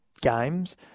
games